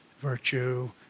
virtue